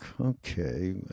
okay